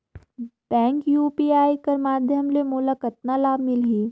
Bank UPI कर माध्यम ले मोला कतना लाभ मिली?